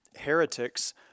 heretics